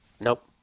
Nope